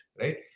Right